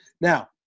Now